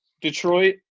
Detroit